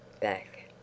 back